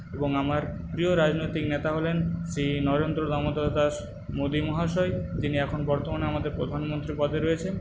এবং আমার প্রিয় রাজনৈতিক নেতা হলেন শ্রী নরেন্দ্র দামোদর দাস মোদী মহাশয় তিনি এখন বর্তমানে আমাদের প্রধানমন্ত্রী পদে রয়েছেন